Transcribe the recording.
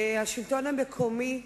השלטון המקומי,